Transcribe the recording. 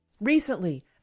Recently